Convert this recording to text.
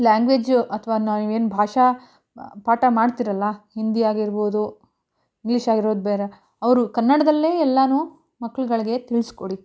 language ಅಥವಾ ನಾವೇನು ಭಾಷಾ ಪಾಠ ಮಾಡ್ತೀರಲ್ಲ ಹಿಂದಿ ಆಗಿರ್ಬೋದು ಇಂಗ್ಲಿಷ್ ಆಗಿರೋದು ಬೇರೆಯವ್ರು ಕನ್ನಡದಲ್ಲೇ ಎಲ್ಲನೂ ಮಕ್ಳುಗಳ್ಗೆ ತಿಳಿಸ್ಕೊಡಿ